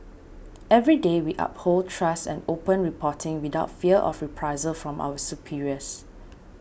every day we uphold trust and open reporting without fear of reprisal from our superiors